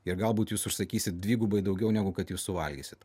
ir galbūt jūs užsakysit dvigubai daugiau negu kad jūs suvalgysite